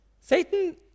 Satan